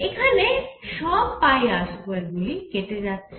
এখানে সব 4πr2 গুলি কেটে যাচ্ছে